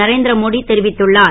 நரேந்திரமோடி தெரிவித்துள்ளார்